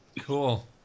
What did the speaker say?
Cool